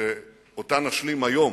שאותה נשלים היום